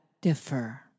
differ